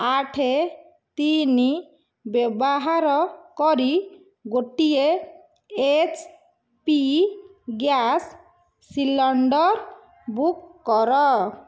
ଆଠ ତିନି ବ୍ୟବହାର କରି ଗୋଟିଏ H P gas cylinder book କର